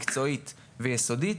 מקצועית ויסודית,